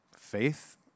faith